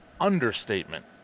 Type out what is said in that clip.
understatement